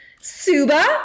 Suba